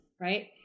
Right